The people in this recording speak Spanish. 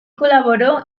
colaboró